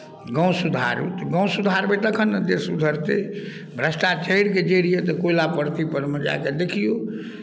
गाम सुधारू तऽ गाम सुधारबै तखन ने देश सुधरतै भ्रष्टाचारीके जड़ि यए तऽ कोयला परमे जा कऽ देखियौ